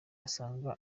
usanga